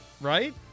right